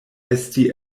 esti